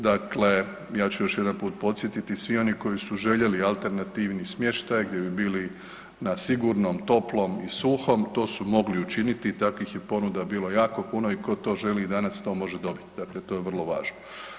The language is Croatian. Dakle, ja ću još jednom podsjetiti svi oni koji su željeli alternativni smještaj gdje bi bili na sigurnom, toplom i suhom to su mogli učiniti i takvih je ponuda bilo jako puno i tko to želi i danas to može dobiti, dakle to je vrlo važno.